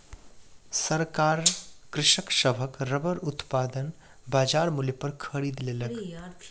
सरकार कृषक सभक रबड़ उत्पादन बजार मूल्य पर खरीद लेलक